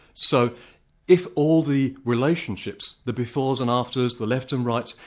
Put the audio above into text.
so if all the relationships, the befores and afters, the lefts and rights,